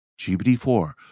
GPT-4